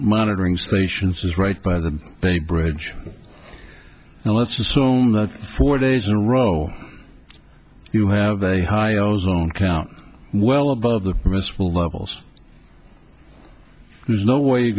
monitoring stations is right by the they bridge and let's assume that four days in a row you have a high ozone count well above the permissible levels there's no way you're